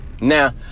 Now